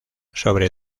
sobre